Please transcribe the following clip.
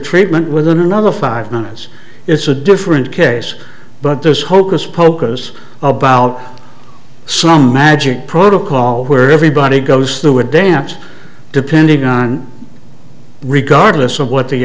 reatment with another five minutes it's a different case but there's hocus pocus about some magic protocol where everybody goes through a dance depending on regardless of what the